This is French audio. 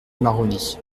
maroni